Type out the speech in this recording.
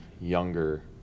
younger